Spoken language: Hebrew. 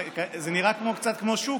זה נראה קצת כמו שוק,